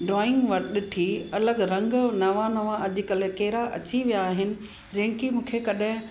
drawing व ॾिठी अलॻि रंग नवा नवा अॼुकल्ह अची विया आहिनि जंहिंखे मूंखे कॾहिं